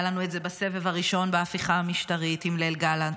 היה לנו את זה בסבב הראשון בהפיכה המשטרית עם ליל גלנט,